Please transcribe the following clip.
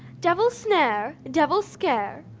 devil's snare, devil's scare,